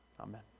Amen